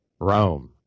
Rome